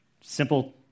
simple